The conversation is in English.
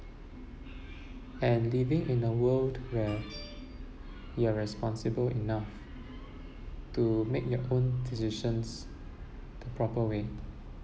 and living in a world where you're responsible enough to make your own decisions the proper way